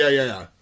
yeah, yeah